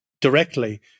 directly